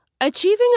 Achieving